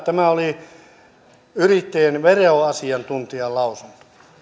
tämä oli yrittäjien veroasiantuntijan lausunto